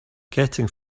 getting